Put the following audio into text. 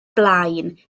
blaen